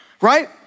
Right